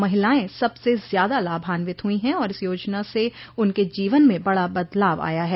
महिलाएं सबसे ज्यादा लाभान्वित हुई है और इस योजना से उनके जीवन में बड़ा बदलाव आया है